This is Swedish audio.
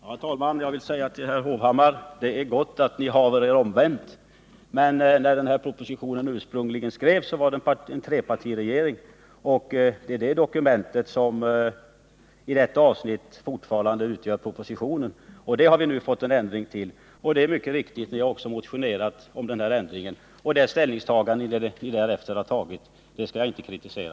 Herr talman! Jag vill säga till herr Hovhammar att det är gott att ni haver er omvänt. Men när propositionen ursprungligen skrevs var det en trepartiregering, och det är det dokumentet som i detta avsnitt fortfarande utgör propositionen. Där har vi nu fått en ändring till stånd, och det är riktigt att ni motionerat om den ändringen. Det ställningstagande ni därefter tagit skall jag inte kritisera.